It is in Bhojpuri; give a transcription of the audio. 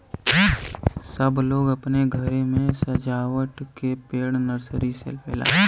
सब लोग अपने घरे मे सजावत के पेड़ नर्सरी से लेवला